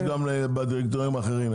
יש גם בדירקטוריונים האחרים.